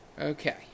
Okay